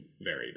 varied